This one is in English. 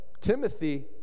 Timothy